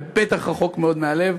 ובטח רחוק מאוד מהלב?